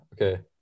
Okay